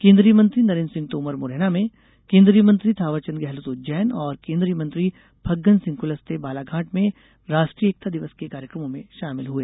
केन्द्रीय मंत्री नरेन्द्र सिंह तोमर मुरैना में केन्द्रीय मंत्री थांवरचंद गेहलोत उज्जैन और केन्द्रीय मंत्री फग्गन सिंह कुलस्ते बालाघाट में राष्ट्रीय एकता दिवस के कार्यक्रमों में शामिल हुए